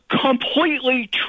completely